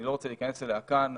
אני לא רוצה להיכנס אליה כאן.